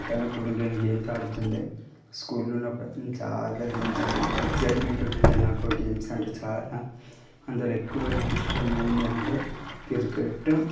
ఇట్లనే కొన్ని కొన్ని గేమ్స్ ఆడుతుండే స్కూల్లో ఉన్నప్పుడు నేను చాలా గేమ్స్ ఆడిన ఎక్స్సైట్మెంట్ ఉంటుండే నాకు గేమ్స్ అంటే చాలా అందులో ఎక్కువ నాకిష్టం ఏంటంటే క్రికెట్